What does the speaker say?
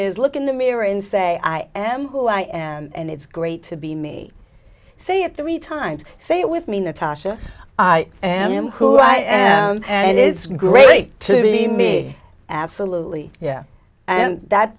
is look in the mirror and say i am who i am and it's great to be me say it three times say it with me in the taj i am who i am and it's great to be me absolutely yeah and that